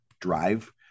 drive